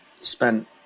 spent